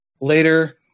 later